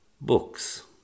books